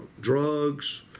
drugs